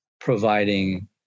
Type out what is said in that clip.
providing